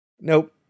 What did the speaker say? Nope